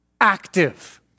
active